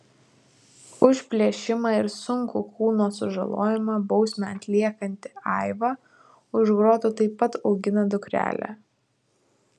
už plėšimą ir sunkų kūno sužalojimą bausmę atliekanti aiva už grotų taip pat augina dukrelę